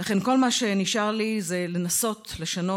לכן, כל מה שנשאר לי זה לנסות לשנות.